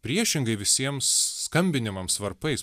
priešingai visiems skambinimams varpais